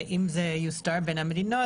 אם זה יוסדר בין המדינות,